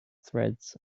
threads